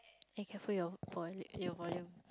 eh careful your vol~ your volume